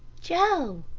joe,